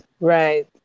Right